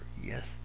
Yes